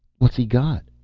what's he got?